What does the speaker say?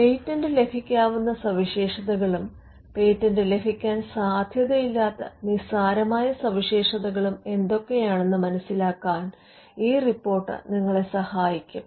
patent ലഭിക്കാവുന്ന സവിശേഷതകളും patent ലഭിക്കാൻ സാധ്യത ഇല്ലാത്ത നിസ്സാരമായ സവിശേഷതകളും എന്തൊക്കെയാണെന്ന് മനസിലാക്കൻ ഈ റിപ്പോർട്ട് നിങ്ങളെ സഹായിക്കും